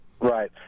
Right